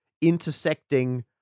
intersecting